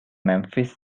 memphis